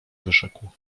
wyrzekł